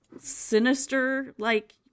sinister-like